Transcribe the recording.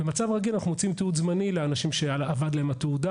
במצב רגיל אנחנו מוציאים תיעוד זמני לאנשים שאבדה להם התעודה